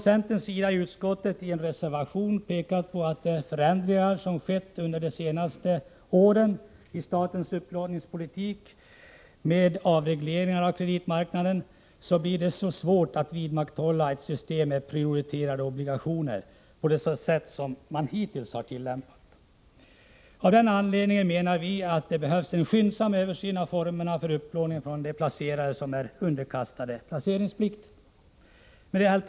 Centern har i utskottet i en reservation pekat på, att med de förändringar som har skett under de senaste åren i statens upplåningspolitik, med bl.a. avreglering av kreditmarknaden, blir det svårt att vidmakthålla ett system med prioriterade obligationer på det sätt som man hittills har gjort. Av den anledningen menar vi att det behövs en skyndsam översyn av formerna för upplåning från de placerare som är underkastade placeringsplikt. Herr talman!